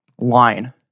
line